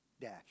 Dash